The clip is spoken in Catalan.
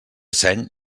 seny